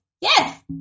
Yes